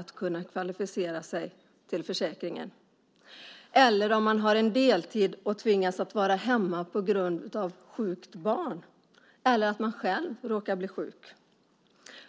att kunna kvalificera sig till försäkringen. Eller om man har en deltidstjänst och tvingas att vara hemma på grund av att man har ett sjukt barn eller att man själv råkar bli sjuk.